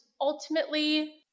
ultimately